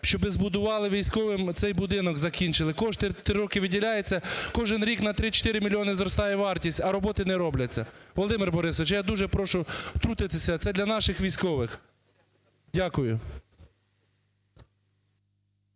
щоб збудували військовим цей будинок, закінчили. Кошти три роки виділяються, кожен рік на 3-4 мільйона зростає вартість, а роботи не робляться. Володимир Борисович, я дуже прошу втрутитися. Це для наших військових. Дякую.